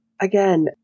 again